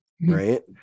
right